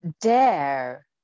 dare